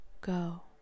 go